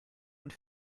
und